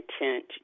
intent